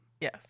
Yes